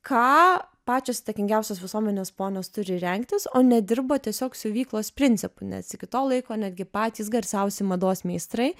ką pačios įtakingiausios visuomenės ponios turi rengtis o ne dirbo tiesiog siuvyklos principu nes iki to laiko netgi patys garsiausi mados meistrai